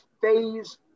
phase